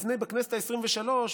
בכנסת העשרים-ושלוש,